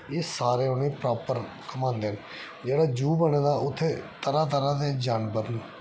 एह् सारे उ'नेंगी प्रॉपर घुमांदे न जेह्ड़ा जू बने दा उत्थै तरह तरह दे जानवर न